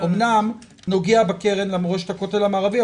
אמנם נוגע לקרן למורשת הכותל המערבי,